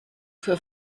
für